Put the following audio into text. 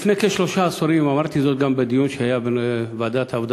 לפני כשלושה עשורים אמרתי זאת גם בדיון שהיה בוועדת העבודה,